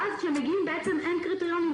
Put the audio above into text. ואז כשהם מגיעים, בעצם אין קריטריונים.